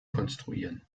konstruieren